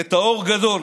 מטאור גדול.